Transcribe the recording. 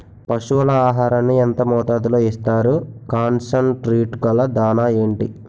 పశువుల ఆహారాన్ని యెంత మోతాదులో ఇస్తారు? కాన్సన్ ట్రీట్ గల దాణ ఏంటి?